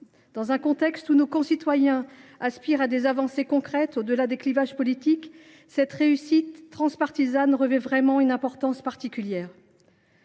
Dans un contexte où nos concitoyens aspirent à des avancées concrètes, au delà des clivages politiques, cette réussite transpartisane revêt vraiment une importance particulière.